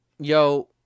yo